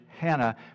Hannah